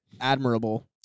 admirable